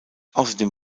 außerdem